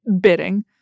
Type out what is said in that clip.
bidding